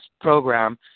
program